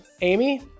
Amy